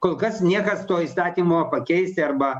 kol kas niekas to įstatymo pakeisti arba